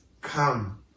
come